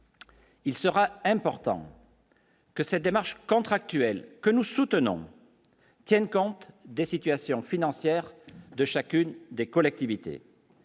Il sera important. Que cette démarche contractuelle, que nous soutenons tiennent compte des situations financières de chacune des collectivités,